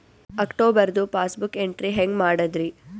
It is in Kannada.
ಅಕ್ಟೋಬರ್ದು ಪಾಸ್ಬುಕ್ ಎಂಟ್ರಿ ಹೆಂಗ್ ಮಾಡದ್ರಿ?